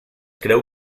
creu